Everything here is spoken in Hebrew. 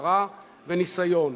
הכשרה וניסיון.